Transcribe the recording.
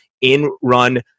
in-run